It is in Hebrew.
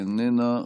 איננה,